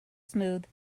smooth